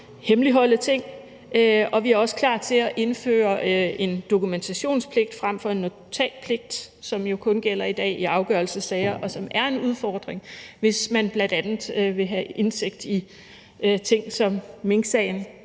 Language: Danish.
hemmeligholde ting. Vi er også klar til at indføre en dokumentationspligt frem for en notatpligt, som jo kun gælder i dag i afgørelsessager, og som er en udfordring, hvis man bl.a. vil have indsigt i sager som minksagen,